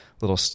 little